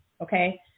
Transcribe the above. Okay